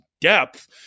depth